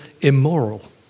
immoral